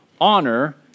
honor